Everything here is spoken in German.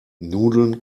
nudeln